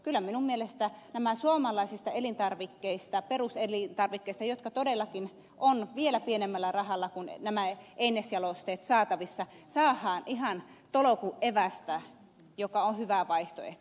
kyllä minun mielestäni näistä suomalaisista peruselintarvikkeista jotka todellakin on vielä pienemmällä rahalla kuin nämä einesjalosteet saatavissa saahaan ihan tolokun evästä joka on hyvä vaihtoehto